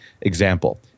Example